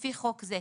לפי חוק זה.